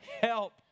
Help